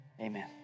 amen